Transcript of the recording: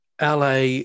LA